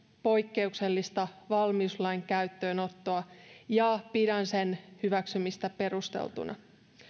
poikkeuksellista valmiuslain käyttöönottoa ja pidän sen hyväksymistä perusteltuna